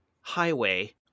highway